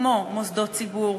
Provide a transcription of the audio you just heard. כמו מוסדות ציבור,